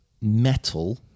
metal